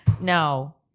no